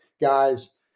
guys